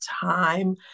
time